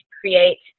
create